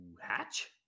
hatch